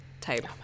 type